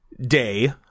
day